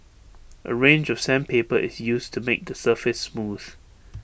A range of sandpaper is used to make the surface smooth